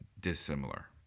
dissimilar